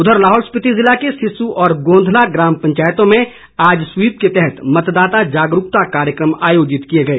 उधर लाहौल स्पिति जिले की सिस्सु और गोंधला ग्राम पंचायतों में आज स्वीप के तहत मतदाता जागरूकता कार्यक्रम आयोजित किए गए